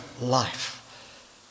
life